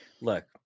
Look